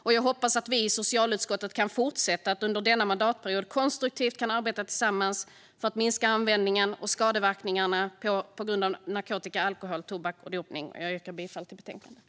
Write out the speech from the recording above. Och jag hoppas att vi i socialutskottet kan fortsätta att under denna mandatperiod konstruktivt arbeta tillsammans för att minska användningen av och skadeverkningarna av narkotika, alkohol, tobak och dopning. Jag yrkar bifall till förslaget i betänkandet.